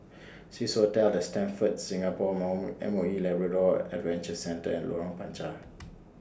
Swissotel The Stamford Singapore More M O E Labrador Adventure Centre and Lorong Panchar